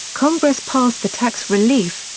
congress passed the tax relief,